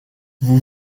vous